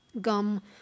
gum